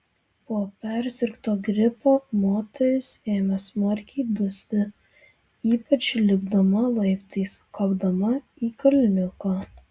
po persirgto gripo moteris ėmė smarkiai dusti ypač lipdama laiptais kopdama į kalniuką